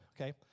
okay